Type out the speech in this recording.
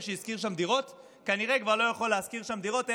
ששכר דירות כנראה כבר לא יכול לשכור שם דירות,